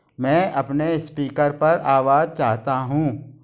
मैं अपने स्पीकर पर आवाज़ चाहता हूँ